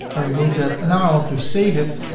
i remove that and now i want to save it